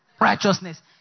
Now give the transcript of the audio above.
righteousness